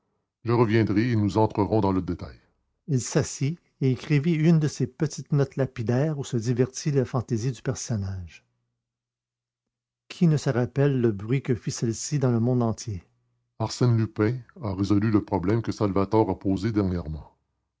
je reviendrai et nous entrerons dans le détail il s'assit et écrivit une de ces petites notes lapidaires où se divertit la fantaisie du personnage qui ne se rappelle le bruit que fit celle-ci dans le monde entier arsène lupin a résolu le problème que salvator a posé dernièrement